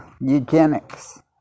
eugenics